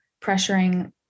pressuring